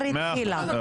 מאה אחוז.